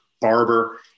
barber